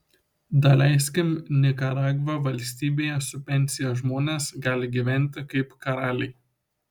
daleiskim nikaragva valstybėje su pensija žmonės gali gyventi kaip karaliai